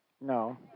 No